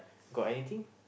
got anything